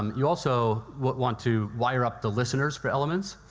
um you also want to wire up the listeners for elements,